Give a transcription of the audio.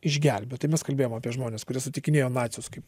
išgelbėjo tai mes kalbėjom apie žmones kurie sutikinėjo nacius kaip